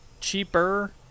cheaper